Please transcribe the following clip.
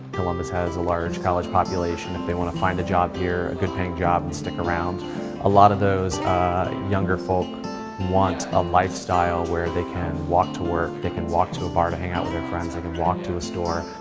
columbus has a large college population. if they want to find a job here, a good paying job stick around a lot of those younger folk want a lifestyle where they can walk to work, they can walk to a bar to hangout with their friends, they can walk to a store.